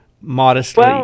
modestly